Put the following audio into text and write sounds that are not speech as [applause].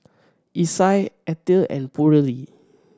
Isai Ethyl and [unintelligible]